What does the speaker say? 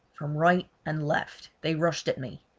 from right and left they rushed at me.